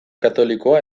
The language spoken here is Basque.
katolikoa